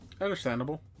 Understandable